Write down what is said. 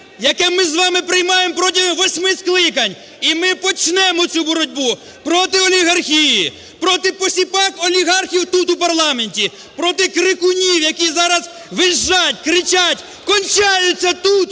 яке ми з вами приймаємо протягом восьми скликань. І ми почнемо цю боротьбу проти олігархії, проти посіпак олігархів тут, в парламенті, проти крикунів, які зараз визжать, кричать, кончаються тут…